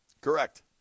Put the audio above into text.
Correct